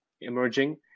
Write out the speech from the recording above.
emerging